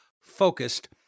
focused